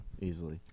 easily